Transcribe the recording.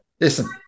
listen